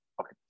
Okay